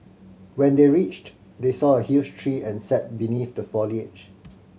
when they reached they saw a huge tree and sat beneath the foliage